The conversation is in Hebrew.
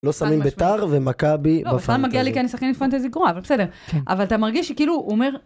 לא שמים ביתר, ומכבי בפנטזי. לא, בכלל מגיע לי כי אני שחקנית פנטזי גרועה, אבל בסדר. אבל אתה מרגיש שכאילו הוא אומר...